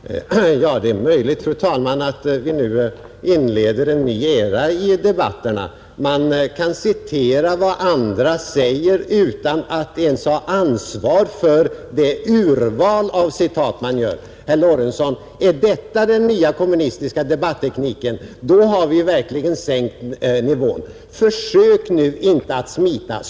Fru talman! Det är möjligt att vi nu inleder en ny era i debatterna, där man kan citera vad andra säger utan att ens ha ansvar för det urval av citat man gör. Är detta den nya kommunistiska debattekniken, herr Lorentzon, då har vi verkligen sänkt nivån! Försök nu inte att smita!